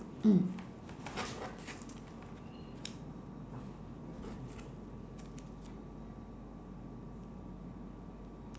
mm